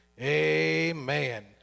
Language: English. Amen